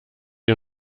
ihr